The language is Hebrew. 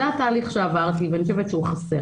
זה התהליך שעברתי, ואני חושבת שהוא חסר.